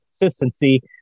consistency